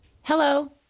Hello